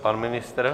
Pan ministr?